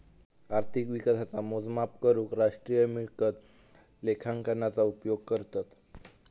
अर्थिक विकासाचा मोजमाप करूक राष्ट्रीय मिळकत लेखांकनाचा उपयोग करतत